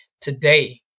today